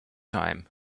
time